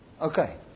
Okay